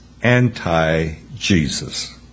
anti-Jesus